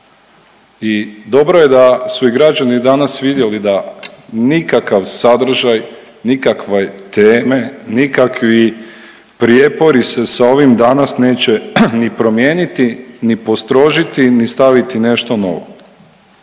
I dobro je da su i građani danas vidjeli da nikakav sadržaj, nikakve teme, nikakvi prijepori se sa ovim danas neće ni promijeniti, ni postrožiti, ni staviti nešto novo.